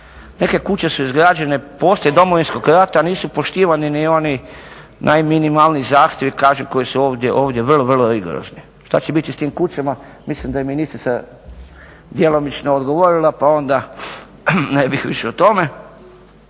Neke kuće su izgrađene poslije Domovinskog rata a nisu poštivani ni oni najminimalniji zahtjevi kažem koji su ovdje vrlo rigorozni. Što će biti s tim kućama? Mislim da je ministrica djelomično odgovorila pa onda ne bih više o tome.